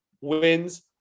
wins